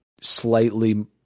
slightly